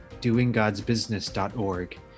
doinggodsbusiness.org